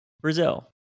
Brazil